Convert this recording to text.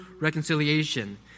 reconciliation